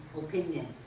opinion